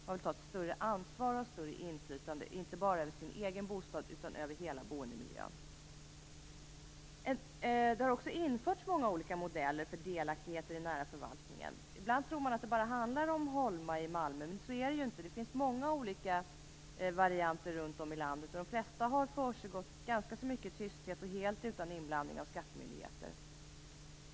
Man vill ta större ansvar och ha större inflytande, inte bara över sin egen bostad utan över hela boendemiljön. Många olika modeller har införts för delaktighet i den nära förvaltningen. Ibland kan man tro att det bara handlar om Holma i Malmö, men så är det inte. Det finns många olika varianter runt om i landet, varav de flesta har försiggått i ganska stor tysthet och helt utan inblandning av skattemyndigheter.